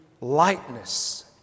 lightness